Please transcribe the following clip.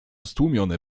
stłumione